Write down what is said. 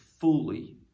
fully